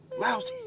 lousy